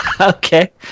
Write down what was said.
Okay